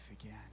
again